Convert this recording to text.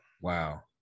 Wow